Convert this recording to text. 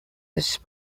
this